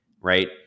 Right